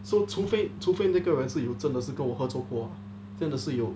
so 除非除非那个人是有真的是有跟我合作过真的是有